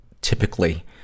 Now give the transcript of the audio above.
typically